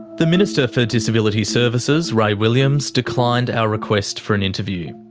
the minister for disability services ray williams declined our request for an interview.